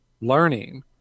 learning